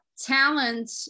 talent